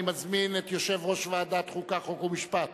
אני מזמין את יושב-ראש ועדת החוקה, חוק ומשפט